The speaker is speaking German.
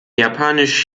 japanisch